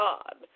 God